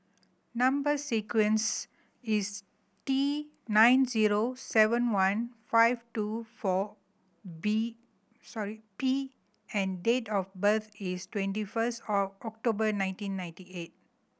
number sequence is T nine zero seven one five two four B sorry P and date of birth is twenty first of October nineteen ninety eight